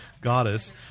goddess